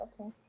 okay